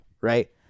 right